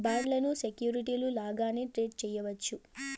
బాండ్లను సెక్యూరిటీలు లాగానే ట్రేడ్ చేయవచ్చు